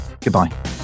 Goodbye